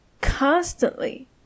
constantly